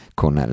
con